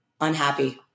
unhappy